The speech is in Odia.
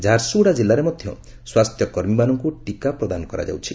ଝାରସୁଗୁଡ଼ା କିଲ୍ଲାରେ ମଧ୍ଧ ସ୍ୱାସ୍ଥ୍ୟକର୍ମୀମାନଙ୍ଙ୍କୁ ଟିକା ପ୍ରଦାନ କରାଯାଉଛି